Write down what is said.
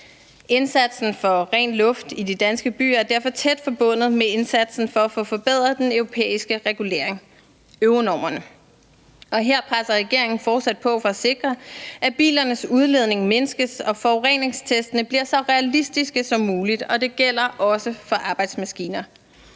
Indsatsen for ren luft i de danske byer er derfor tæt forbundet med indsatsen for at få forbedret den europæiske regulering – Euronormerne. Her presser regeringen fortsat på for at sikre, at bilernes udledning mindskes og forureningstestene bliver så realistiske som muligt, og det gælder også for arbejdsmaskiner.